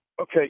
Okay